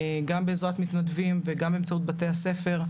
גם בעזרת מתנדבים וגם באמצעות בתי הספר.